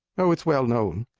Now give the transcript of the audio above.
oh it's well known!